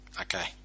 Okay